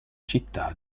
città